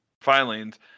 filings